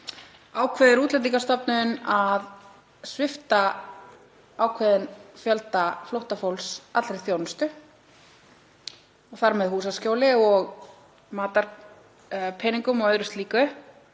ákvað Útlendingastofnun að svipta ákveðinn fjölda flóttafólks allri þjónustu og þar með húsaskjóli, matarpeningum og öðru slíku,